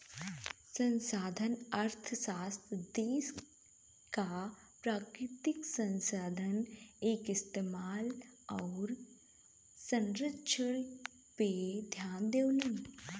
संसाधन अर्थशास्त्री देश क प्राकृतिक संसाधन क इस्तेमाल आउर संरक्षण पे ध्यान देवलन